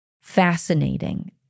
Fascinating